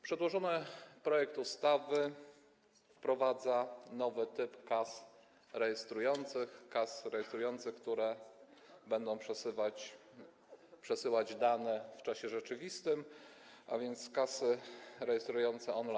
Przedłożony projekt ustawy wprowadza nowy typ kas rejestrujących: kasy rejestrujące, które będą przesyłać dane w czasie rzeczywistym, a więc kasy rejestrujące on-line.